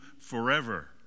forever